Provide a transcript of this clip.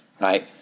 right